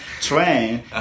train